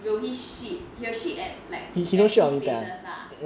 will he shit he will shit at like empty places lah